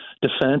defense